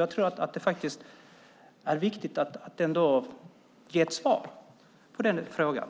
Jag tror att det faktiskt är viktigt att ge ett svar på den frågan.